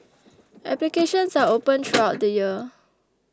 applications are open throughout the year